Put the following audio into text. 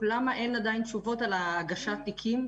למה אין עדיין תשובות על הגשת התיקים?